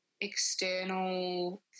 external